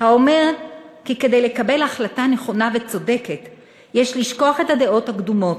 האומר כי כדי לקבל החלטה נכונה וצודקת יש לשכוח את הדעות הקדומות,